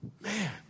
Man